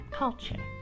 culture